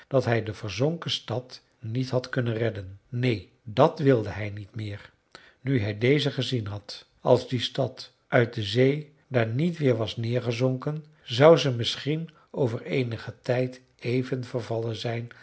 dat hij de verzonken stad niet had kunnen redden neen dat wilde hij niet meer nu hij deze gezien had als die stad uit de zee daar niet weer was neergezonken zou ze misschien over eenigen tijd even vervallen zijn